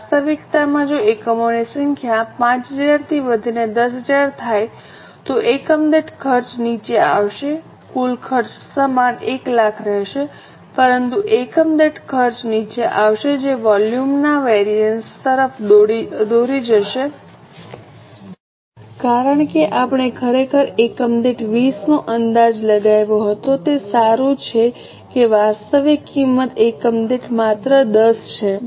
વાસ્તવિકતામાં જો એકમોની સંખ્યા 5૦૦૦ થી વધીને ૧૦૦૦૦ થાય તો એકમ દીઠ ખર્ચ નીચે આવશે કુલ ખર્ચ સમાન 100000 રહેશે પરંતુ એકમ દીઠ ખર્ચ નીચે આવશે જે વોલ્યુમ ના વેરિએન્સ તરફ દોરી જશે કારણ કે આપણે ખરેખર એકમ દીઠ 20 નો અંદાજ લગાવ્યો હતો તે સારું છે કે વાસ્તવિક કિંમત એકમ દીઠ માત્ર 10 છે